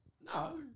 No